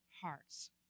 hearts